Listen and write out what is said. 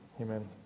Amen